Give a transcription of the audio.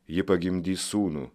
ji pagimdys sūnų